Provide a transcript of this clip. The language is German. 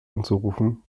anzurufen